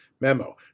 memo